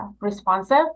responsive